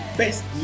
best